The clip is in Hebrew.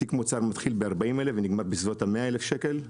שתיק מוצר מתחיל ב-40,000 ונגמר ב-100,000 שקלים.